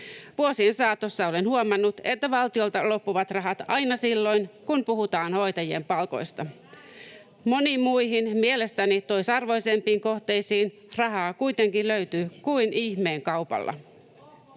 Vuosien saatossa olen huomannut, että valtiolta loppuvat rahat aina silloin, kun puhutaan hoitajien palkoista. Moniin muihin — mielestäni toisarvoisempiin — kohteisiin rahaa kuitenkin löytyy kuin ihmeen kaupalla.